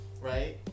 Right